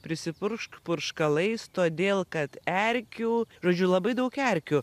prisipuršk purškalais todėl kad erkių žodžiu labai daug erkių